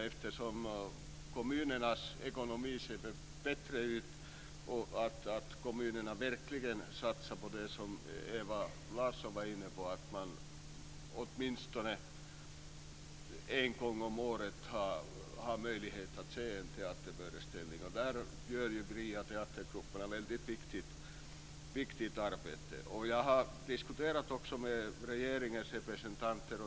Eftersom kommunernas ekonomi ser bättre ut hoppas vi att kommunerna verkligen satsar på det som Ewa Larsson var inne på, att åtminstone en gång om året ha möjlighet att se en teaterföreställning. Där gör de fria teatergrupperna ett viktigt arbete. Jag har diskuterat med regeringens representanter.